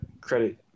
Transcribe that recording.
credit